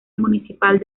municipal